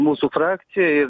mūsų frakcija